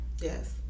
Yes